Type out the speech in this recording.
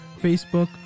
facebook